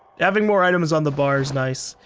having more items on the bar is nice,